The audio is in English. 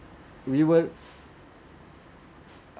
we were